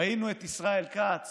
ראינו את ישראל כץ